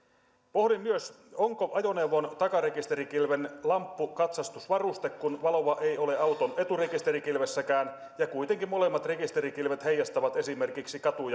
pohdin myös onko ajoneuvon takarekisterikilven lamppu katsastusvaruste kun valoa ei ole auton eturekisterikilvessäkään ja kuitenkin molemmat rekisterikilvet heijastavat esimerkiksi katu